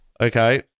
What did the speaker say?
Okay